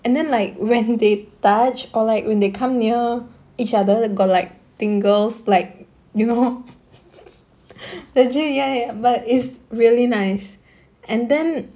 and then like when they touch or like when they come near each other got like tingles like you know legit ya ya ya but is really nice and then